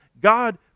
God